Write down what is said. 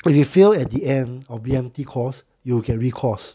but you fail at the end of B_M_T course you can recourse